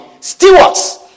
stewards